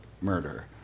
murder